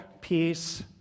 peace